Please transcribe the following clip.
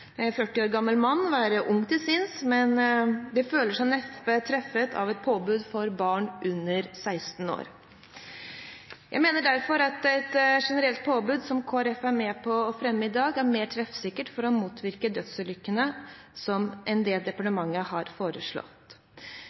40 år gamle menn være unge til sinns, men de føler seg neppe truffet av et påbud for barn under 16 år. Jeg mener derfor at et generelt påbud, som Kristelig Folkeparti er med på å fremme i dag, er mer treffsikkert for å motvirke dødsulykker enn det som departementet har foreslått.